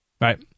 Right